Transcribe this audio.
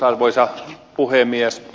arvoisa puhemies